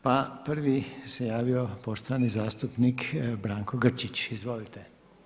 Pa prvi se javio poštovani zastupnik Branko Grčić, izvolite.